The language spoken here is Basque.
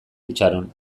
itxaron